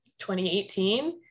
2018